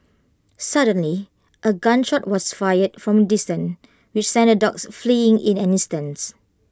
suddenly A gun shot was fired from distance which sent the dogs fleeing in an instance